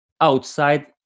outside